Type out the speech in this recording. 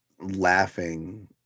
laughing